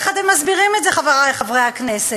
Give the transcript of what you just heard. איך אתם מסבירים את זה, חברי חברי הכנסת?